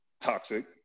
toxic